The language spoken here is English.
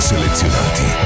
Selezionati